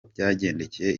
byagendekeye